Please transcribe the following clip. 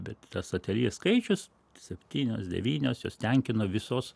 bet tas ateljė skaičius septynios devynios jos tenkino visos